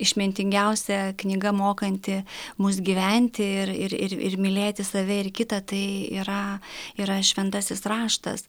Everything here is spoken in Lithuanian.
išmintingiausia knyga mokanti mus gyventi ir ir ir ir mylėti save ir kitą tai yra yra šventasis raštas